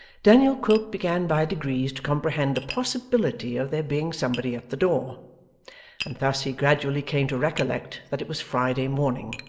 daniel quilp began by degrees to comprehend the possibility of there being somebody at the door and thus he gradually came to recollect that it was friday morning,